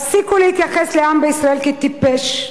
הפסיקו להתייחס לעם בישראל כטיפש,